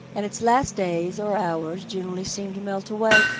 and its last days or hours generally seem to melt away.